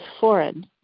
foreign